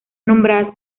nombradas